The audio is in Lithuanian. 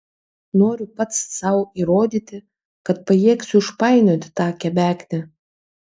noriu pats sau įrodyti kad pajėgsiu išpainioti tą kebeknę